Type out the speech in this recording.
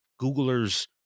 Googlers